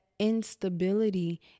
instability